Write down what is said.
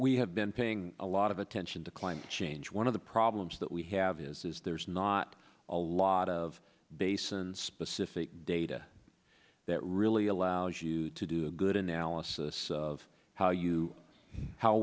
we have been paying a lot of attention to climate change one of the problems that we have is there's not a lot of basin specific data that really allows you to do a good analysis of how you how